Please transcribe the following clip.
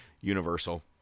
universal